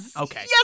Okay